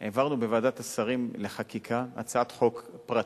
העברנו בוועדת השרים לחקיקה הצעת חוק פרטית,